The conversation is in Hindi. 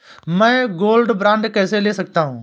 मैं गोल्ड बॉन्ड कैसे ले सकता हूँ?